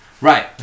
Right